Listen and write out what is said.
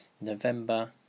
November